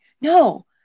No